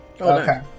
Okay